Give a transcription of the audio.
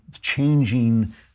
changing